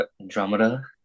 Andromeda